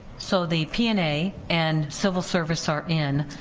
so the p and a and civil service are in,